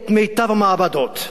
את מיטב המעבדות,